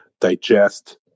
digest